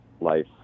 life